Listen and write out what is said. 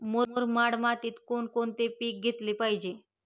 मुरमाड मातीत कोणकोणते पीक घेतले पाहिजे?